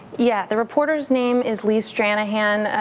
yeah. the reporter's name is lee stranahan. ah